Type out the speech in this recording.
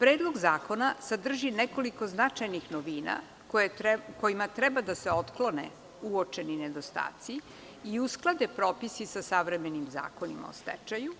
Predlog zakona sadrži nekoliko značajnih novina kojima treba da se otklone uočeni nedostaci i usklade propisi sa savremenim Zakonom o stečaju,